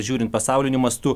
žiūrint pasauliniu mastu